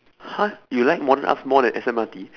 !huh! you like modern arts more than S_M_R_T